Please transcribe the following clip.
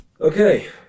Okay